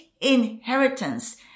inheritance